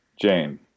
Jane